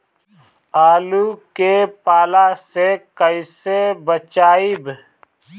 आलु के पाला से कईसे बचाईब?